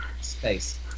space